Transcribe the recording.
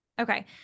Okay